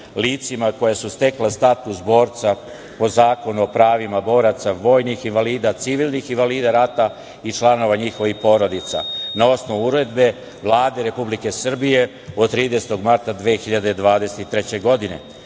licima koja su stekla status borca po Zakonu o pravima boraca, vojnih invalida, civilnih invalida rata i članova njihovih porodica, na osnovu Uredbe Vlade Republike Srbije od 30. marta 2023. godine? Zašto